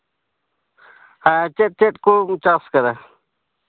ᱦᱮᱸ ᱪᱮᱫ ᱪᱮᱫ ᱠᱚᱢ ᱪᱟᱥ ᱠᱟᱫᱟ